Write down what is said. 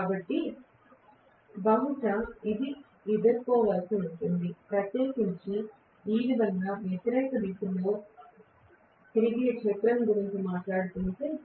కాబట్టి బహుశా ఇది ఎదుర్కోవలసి ఉంటుంది ప్రత్యేకించి నేను ఈ విధంగా వ్యతిరేక దిశలో తిరిగే క్షేత్రం గురించి మాట్లాడుతుంటే